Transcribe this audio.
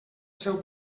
seu